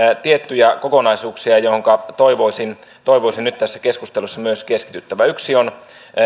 tiettyjä kokonaisuuksia joihinka toivoisin toivoisin nyt tässä keskustelussa myös keskityttävän yksi on